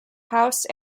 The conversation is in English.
house